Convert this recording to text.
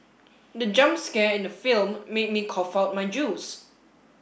the jump scare in the film made me cough out my juice